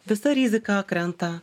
visa rizika krenta